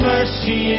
Mercy